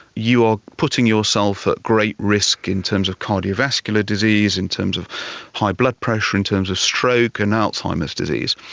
you are putting yourself at great risk in terms of cardiovascular disease, in terms of high blood pressure, in terms of stroke and alzheimer's disease.